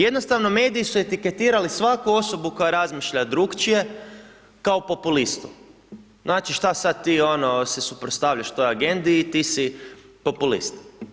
Jednostavno, mediji su etiketirali svaku osobu koja razmišlja drukčije kao populistu, znači, šta ti sad ono se suprotstavljaš toj agendi i ti si populist.